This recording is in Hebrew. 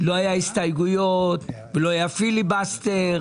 לא היו הסתייגויות ולא היה פיליבסטר.